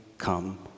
come